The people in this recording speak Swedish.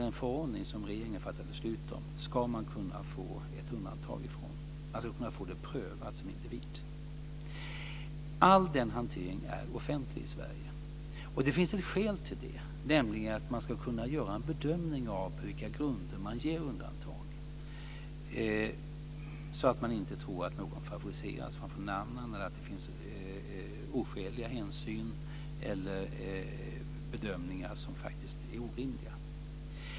En förordning som regeringen har fattat beslut om ska man kunna få ett undantag från. Man ska kunna få det prövat som individ. All den hanteringen är offentlig i Sverige, och det finns ett skäl till det. Det ska gå att göra en bedömning av på vilka grunder man ger undantag. Ingen ska tro att någon favoriseras framför någon annan, att det finns oskäliga hänsyn eller att det sker bedömningar som faktiskt är orimliga.